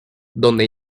donde